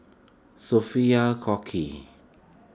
Sophia Cooke